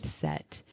set